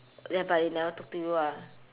ya but they never talk to you ah